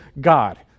God